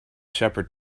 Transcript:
shepherd